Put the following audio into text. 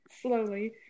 slowly